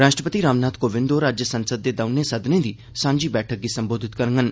राश्ट्रपति रामनाथ कोविंद होर अज्ज संसद दे दौनें सदनें दी सांझी बैठक गी संबोधित करङन